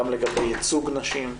גם לגבי ייצוג נשים,